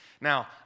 Now